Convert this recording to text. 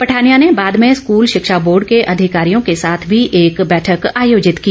पठानिया ने बाद में स्कूल शिक्षा बोर्ड के अधिकारियों के साथ भी एक बैठक आयोजित की